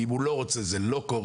ואם הוא לא רוצה זה לא קורה.